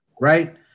right